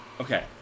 Okay